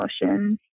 emotions